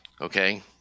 okay